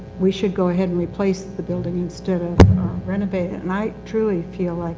we should go ahead and replace the building instead of renovating it. and i truly feel like